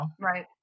right